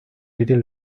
little